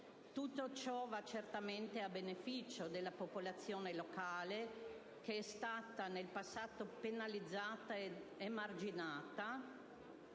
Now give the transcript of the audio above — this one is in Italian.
Tutto ciò va certamente a beneficio della popolazione locale, che è stata nel passato penalizzata ed emarginata,